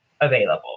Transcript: available